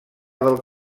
del